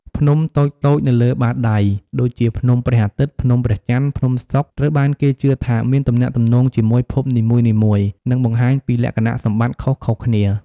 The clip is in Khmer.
ភ្នំតូចៗនៅលើបាតដៃ ដូចជាភ្នំព្រះអាទិត្យ ភ្នំព្រះច័ន្ទ ភ្នំសុក្រ ត្រូវបានគេជឿថាមានទំនាក់ទំនងជាមួយភពនីមួយៗ និងបង្ហាញពីលក្ខណៈសម្បត្តិខុសៗគ្នា។